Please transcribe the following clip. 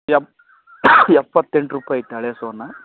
ಯಪ್ ಎಪ್ಪತ್ತೆಂಟು ರೂಪಾಯಿ ಐತೆ ಹಳೆಯ ಸೋನಾ